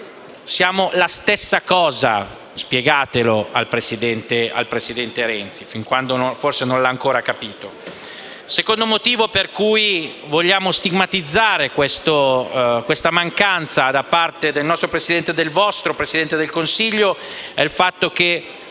Siamo la stessa cosa: spiegatelo al presidente Renzi, che forse non l'ha ancora capito. Il secondo motivo per cui vogliamo stigmatizzare questa mancanza da parte del vostro Presidente del Consiglio, è il fatto che